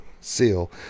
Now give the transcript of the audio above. seal